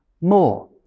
more